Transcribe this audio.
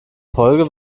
folge